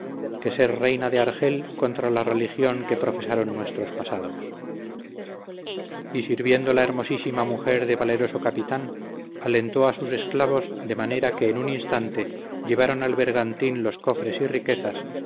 que ser reina de argel contra la religión que profesaron nuestros pasados y sirviendo la hermosísima mujer de valeroso capitán alentó a sus esclavos de manera que en un instante llevaron al bergantín los cofres y riquezas